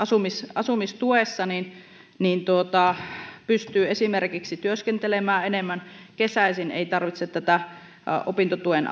asumistuessa pystyy esimerkiksi työskentelemään enemmän kesäisin ei tarvitse sitä opintotuen